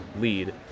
lead